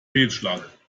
fehlschlag